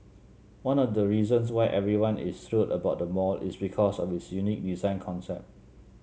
one of the reasons why everyone is thrilled about the mall is because of its unique design concept